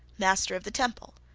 master of the temple,